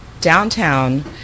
downtown